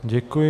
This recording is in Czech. Děkuji.